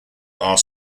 are